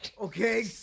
Okay